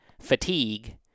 fatigue